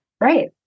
Right